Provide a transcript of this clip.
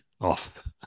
off